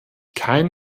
kein